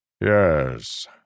Yes